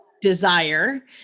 desire